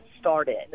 started